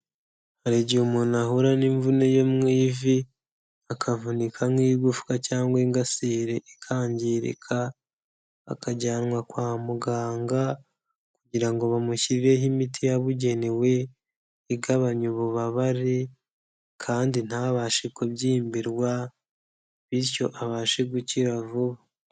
Hari igihe umuntu ahura n'imvune yo mu ivi, akavunika nk'igufwa cyangwa ingasire ikangirika, akajyanwa kwa muganga kugira ngo bamushyirireho imiti yababugenewe igabanya ububabare kandi ntabashe kubyimbirwa bityo abashe gukira vuba.